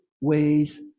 ways